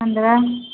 पन्द्रह